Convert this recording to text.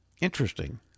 Interesting